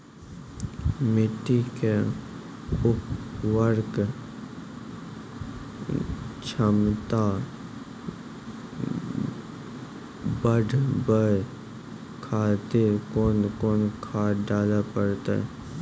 मिट्टी के उर्वरक छमता बढबय खातिर कोंन कोंन खाद डाले परतै?